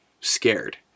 scared